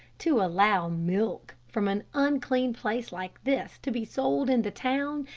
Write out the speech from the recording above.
to allow milk from an unclean place like this to be sold in the town,